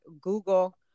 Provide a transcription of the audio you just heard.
google